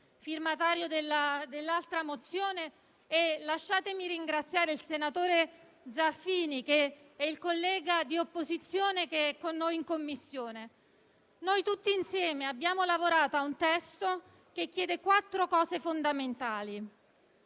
firmatario dell'altra mozione, e lasciatemi ringraziare anche il senatore Zaffini, il collega di opposizione che è con noi in Commissione. Tutti insieme abbiamo lavorato a un testo che chiede quattro cose fondamentali: